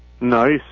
nice